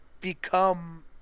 become